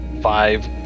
five